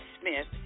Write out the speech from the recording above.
Smith